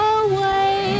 away